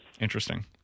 Interesting